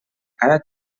cada